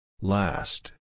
Last